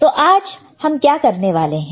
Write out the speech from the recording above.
तो आज हम क्या करने वाले हैं